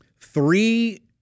three